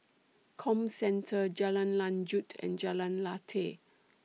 Comcentre Jalan Lanjut and Jalan Lateh